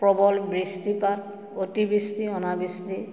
প্ৰবল বৃষ্টিপাত অতিবৃষ্টি অনাবৃষ্টি